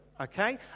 okay